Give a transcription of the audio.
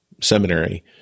seminary